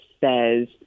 says